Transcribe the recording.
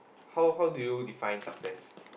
how how do you define success